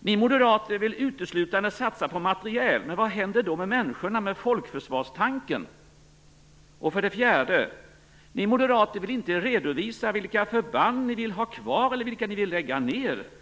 ni moderater uteslutande satsa på materiel. Men vad händer då med människorna, med folkförsvarstanken? För det fjärde vill ni moderater inte redovisa vilka förband ni vill ha kvar eller vilka ni vill lägga ned.